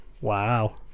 wow